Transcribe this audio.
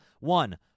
One